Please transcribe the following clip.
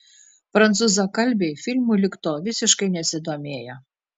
prancūzakalbiai filmu lig tol visiškai nesidomėjo